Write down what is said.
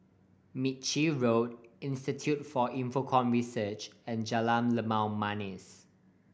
Ritchie Road Institute for Infocomm Research and Jalan Limau Manis